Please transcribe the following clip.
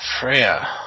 Freya